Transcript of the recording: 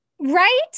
Right